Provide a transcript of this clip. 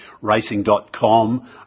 Racing.com